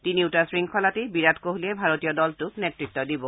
তিনিওটা শৃংখলাতে বিৰাট কোহলিয়ে ভাৰতীয় দলটোক নেতৃত্ব দিব